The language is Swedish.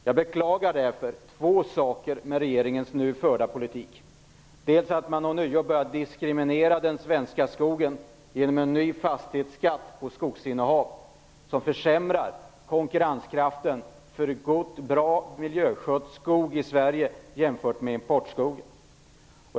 Jag beklagar därför två saker med regeringens nu förda politik, dels att man ånyo börjat att diskriminera den svenska skogen genom en ny fastighetsskatt på skogsinnehav som försämrar konkurrenskraften för god, bra miljöskött skog i Sverige jämfört med importskogen.